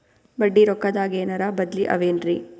ಬಡ್ಡಿ ರೊಕ್ಕದಾಗೇನರ ಬದ್ಲೀ ಅವೇನ್ರಿ?